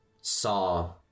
saw